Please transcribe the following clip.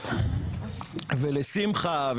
לשמחה,